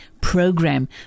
program